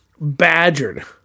badgered